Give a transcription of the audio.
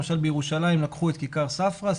למשל בירושלים לקחו את כיכר ספרא,